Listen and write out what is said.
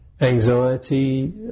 anxiety